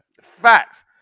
Facts